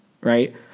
right